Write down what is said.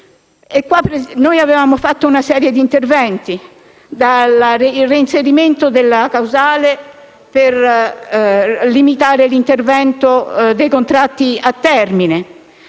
Noi avevamo proposto una serie di interventi, come, ad esempio, il reinserimento della causale per limitare l'intervento dei contratti a termine.